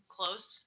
close